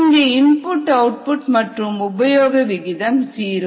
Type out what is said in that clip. இங்கே input output மற்றும் உபயோக விகிதம் ஜீரோ